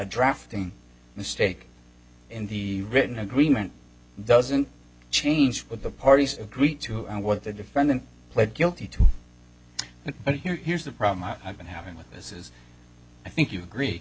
drafting mistake in the written agreement doesn't change what the parties agreed to and what the defendant pled guilty to but here here's the problem i've been having with this is i think you agree